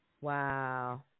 Wow